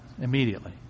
immediately